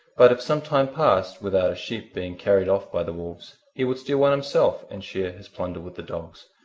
but if some time passed without a sheep being carried off by the wolves, he would steal one himself and share his plunder with the dogs.